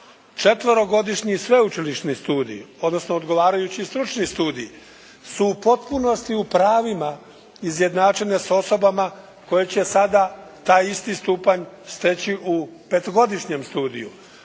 četverogodišnji sveučilišni studij, odnosno odgovarajući stručni studij su u potpunosti u pravima izjednačene s osobama koje će sada taj isti stupanj steći u petogodišnjem studiju